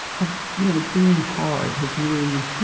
of you know being hard has really